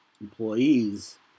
employees